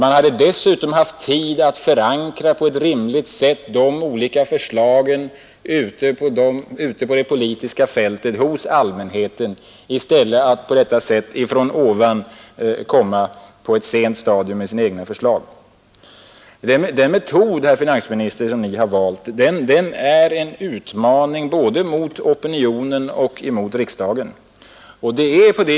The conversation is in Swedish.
Man hade dessutom haft tid att på ett rimligt sätt förankra de olika förslagen ute på det politiska fältet hos allmänheten. I stället kommer nu regeringen från ovan på ett sent stadium med sina egna förslag. Den metod, herr finansminister, som Ni har valt är en utmaning både mot opinionen och mot riksdagen.